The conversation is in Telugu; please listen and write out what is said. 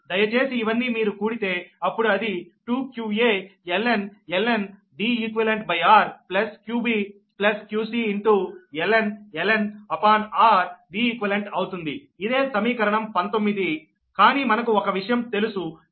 దయచేసి ఇవన్నీ మీరు కూడితే అప్పుడు అది 2qaln Deqr qbqcln upon r Deqఅవుతుంది ఇదే సమీకరణం 19కానీ మనకు ఒక విషయం తెలుసు qaqbqc0